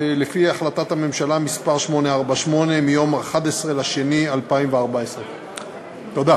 הצעות חוק מ/848 מיום 11 בפברואר 2014. תודה.